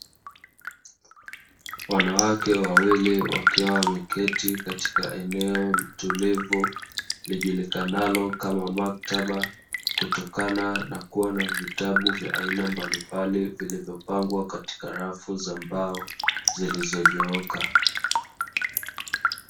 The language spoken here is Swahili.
Wanawake wawili wakiwa wameketi katika eneo tulivu, lijulikanalo kama maktaba, kutokana na kuwa na vitabu vya aina mbalimbali, vilivyopangwa katika rafu za mbao zilizonyooka.